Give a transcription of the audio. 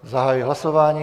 Zahajuji hlasování.